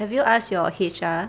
have you asked your H_R